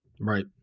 Right